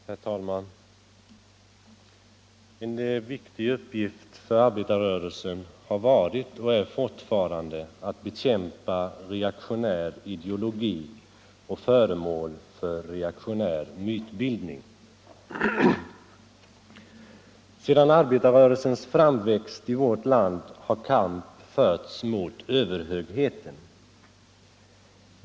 Herr talman! En viktig uppgift för arbetarrörelsen har varit och är fortfarande att bekämpa reaktionär ideologi och föremål för reaktionär mytbildning. Sedan arbetarrörelsens framväxt i vårt land har kamp förts mot överhögheten.